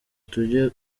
tujye